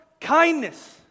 kindness